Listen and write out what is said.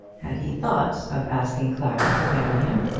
had he thought of asking clara to marry him.